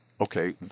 okay